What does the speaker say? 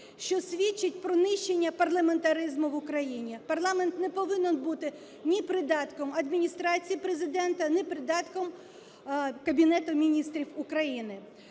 що свідчить про нищення парламентаризму в Україні. Парламент не повинен бути ні придатком Адміністрації Президента, ні придатком Кабінету Міністрів України.